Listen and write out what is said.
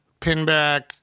Pinback